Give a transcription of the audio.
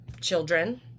children